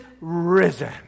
risen